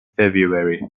february